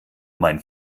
mein